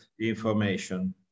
information